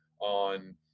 on